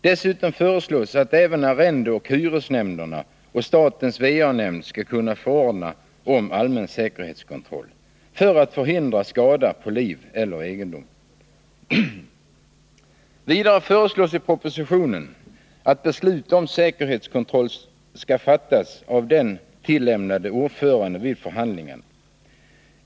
Dessutom föreslås att även arrendeoch hyresnämnderna och statens va-nämnd skall kunna förordna om allmän säkerhetskontroll för att förhindra skada på liv eller egendom. Vidare föreslås i propositionen att beslut om säkerhetskontroll skall fattas av den tillämnade ordföranden vid förhandlingen.